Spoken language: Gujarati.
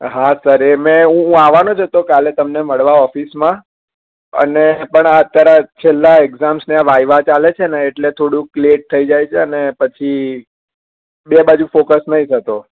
હા સર એ મે હું આવવાનો જ હતો કાલે તમને મળવા ઓફિસમાં અને પણ આ અત્યારે આ છેલ્લા એક્ઝામ્સને વાયવા ચાલે છે ને એટલે થોડુંક લેટ થઈ જાય છે અને પછી બે બાજુ ફોકસ નઇ થતો